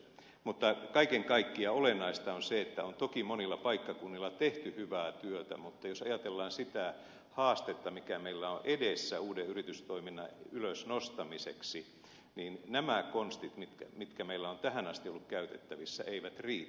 mutta kaiken kaikkiaan olennaista on se että on toki monilla paikkakunnilla tehty hyvää työtä mutta jos ajatellaan sitä haastetta mikä meillä on edessä uuden yritystoiminnan ylös nostamiseksi niin nämä konstit mitkä meillä ovat tähän asti olleet käytettävissä eivät riitä